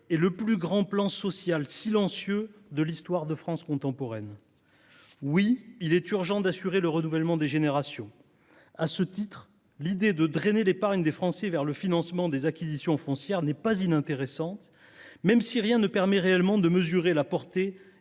est le plus grand plan social silencieux de l’histoire de France contemporaine. » Oui, il est urgent d’assurer le renouvellement des générations. À ce titre, l’idée de drainer l’épargne des Français vers le financement des acquisitions foncières n’est pas inintéressante, même si rien ne permet réellement de mesurer la portée